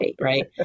right